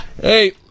Hey